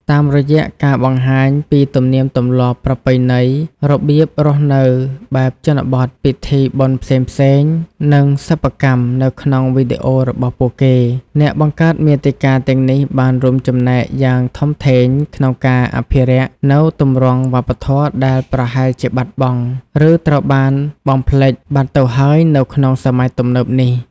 តាមរយៈការបង្ហាញពី ទំនៀមទម្លាប់ ប្រពៃណី របៀបរស់នៅបែបជនបទ ពិធីបុណ្យផ្សេងៗ និងសិប្បកម្ម នៅក្នុងវីដេអូរបស់ពួកគេ អ្នកបង្កើតមាតិកាទាំងនេះបានរួមចំណែកយ៉ាងធំធេងក្នុងការ អភិរក្សនូវទម្រង់វប្បធម៌ដែលប្រហែលជាបាត់បង់ ឬត្រូវបានបំភ្លេចបាត់ទៅហើយនៅក្នុងសម័យទំនើបនេះ។